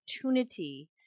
opportunity